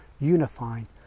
unifying